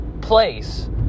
place